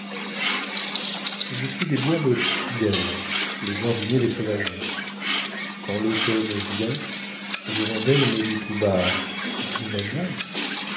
je suis des bois l'hôte fidèle le jardinier des sauvageons quand l'automne vient l'hirondelle me dit tout bas déménageons